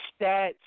stats